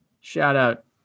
Shout-out